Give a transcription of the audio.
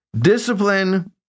Discipline